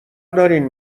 دارین